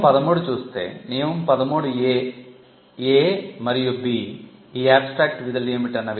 నియమం 13 చూస్తే నియమం 13 ఈ abstract విధులు ఏమిటి